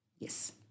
Yes